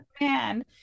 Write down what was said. man